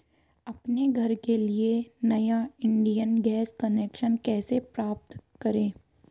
अपने घर के लिए नया इंडियन गैस कनेक्शन कैसे प्राप्त करें?